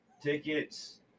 tickets